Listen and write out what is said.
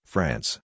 France